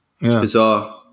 bizarre